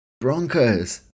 Broncos